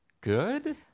good